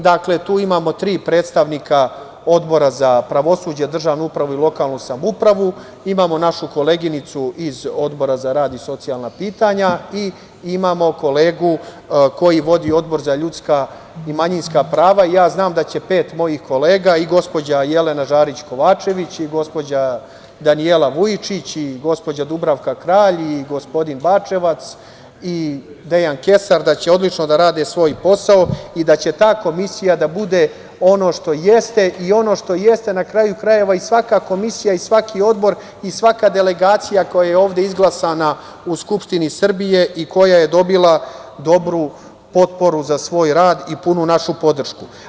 Dakle, tu imamo tri predstavnika Odbora za pravosuđe i lokalnu samoupravu, imamo našu koleginicu iz Odbora za rad i socijalna pitanja i imamo kolegu koji vodi Odbor za ljudska i manjinska prava i ja znam da će pet mojih kolega i gospođa Jelena Žarić Kovačević, i gospođa Danijela Vujičić i gospođa Dubravka Kralj, i gospodin Bačevac, i Dejan Kesar, da će odlično da rade svoj posao i da će ta komisija da bude ono što jeste i što jeste na kraju krajeva, i svaka komisija i svaki odbor i svaka delegacija koja je ovde izglasana u Skupštini Srbiji i koja je dobila dobru potporu za svoj rad i punu našu podršku.